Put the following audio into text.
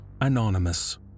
Anonymous